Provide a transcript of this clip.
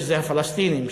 שזה הפלסטינים,